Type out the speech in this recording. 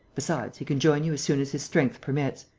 besides, he can join you as soon as his strength permits.